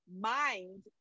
mind